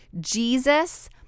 Jesus